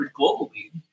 globally